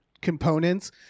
components